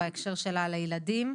וההקשר שלה לילדים.